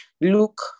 Look